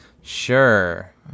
Sure